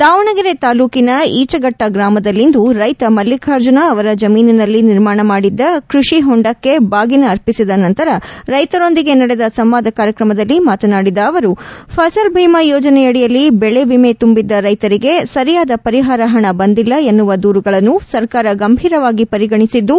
ದಾವಣಗೆರೆ ತಾಲ್ಡೊಳಿನ ಈಚಗಟ್ಟ ಗ್ರಾಮದಲ್ಲಿಂದು ರೈತ ಮಲ್ಲಿಕಾರ್ಜುನ್ ಅವರ ಜಮೀನಿನಲ್ಲಿ ನಿರ್ಮಾಣ ಮಾಡಿದ್ದ ಕೃಷಿ ಹೊಂಡಕ್ಕೆ ಬಾಗಿನ ಅರ್ಪಿಸಿದ ನಂತರ ರೈತರೊಂದಿಗೆ ನಡೆದ ಸಂವಾದ ಕಾರ್ಯಕ್ರಮದಲ್ಲಿ ಮಾತನಾಡಿದ ಅವರು ಫಸಲ್ ಭಿಮಾ ಯೋಜನೆಯಡಿಯಲ್ಲಿ ಬೆಳೆ ವಿಮೆ ತುಂಬಿದ್ದ ರೈತರಿಗೆ ಸರಿಯಾದ ಪರಿಹಾರ ಹಣ ಬಂದಿಲ್ಲ ಎನ್ನುವ ದೂರುಗಳನ್ನು ಸರ್ಕಾರ ಗಂಭೀರವಾಗಿ ಪರಿಗಣಿಸಿದ್ದು